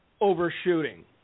overshooting